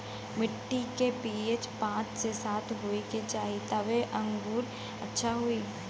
मट्टी के पी.एच पाँच से सात होये के चाही तबे अंगूर अच्छा होई